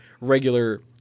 regular